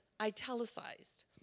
italicized